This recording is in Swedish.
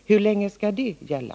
Hur länge skall det gälla?